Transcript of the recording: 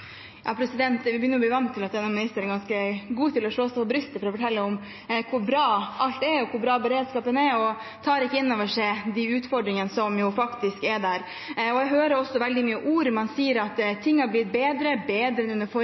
Vi begynner å bli vant til at denne ministeren er ganske god til å slå seg på brystet og fortelle om hvor bra alt er, hvor bra beredskapen er, og ikke tar inn over seg de utfordringene som faktisk er der. Jeg hører også veldig mange ord. Man sier at ting har blitt bedre, bedre enn